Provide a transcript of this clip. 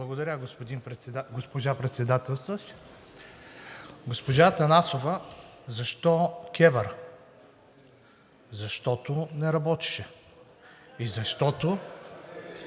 Благодаря, госпожо Председателстващ. Госпожо Атанасова, защо КЕВР? Защото не работеше и защото